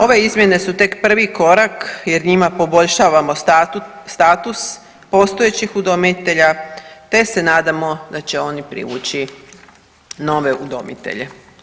Ove izmjene su tek prvi korak jer njima poboljšavamo status postojećih udomitelja, te se nadamo da će oni privući nove udomitelje.